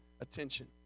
attention